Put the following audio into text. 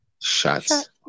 Shots